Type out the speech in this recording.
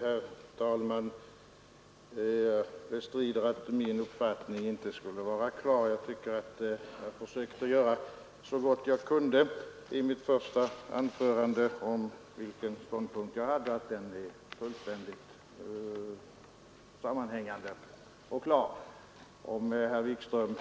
Herr talman! Jag bestrider att min uppfattning inte skulle vara klar — jag försökte så gott jag kunde i mitt första anförande tala om att min ståndpunkt är fullständigt sammanhängande och klar. Om herr Wikström